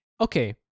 okay